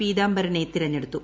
പീതാംബരനെ തെരഞ്ഞെടുത്തു